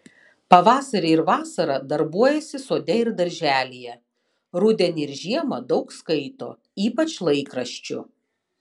pavasarį ir vasarą darbuojasi sode ir darželyje rudenį ir žiemą daug skaito ypač laikraščių